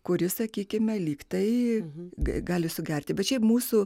kuris sakykime lyg tai gali sugerti bet šiaip mūsų